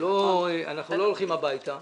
אנחנו לא הולכים הביתה.